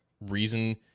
reason